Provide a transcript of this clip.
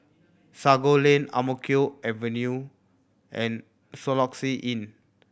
Sago Lane Ang Mo Kio Avenue and Soluxe Inn